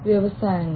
വ്യവസായങ്ങൾ